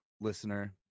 listener